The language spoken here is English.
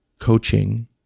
coaching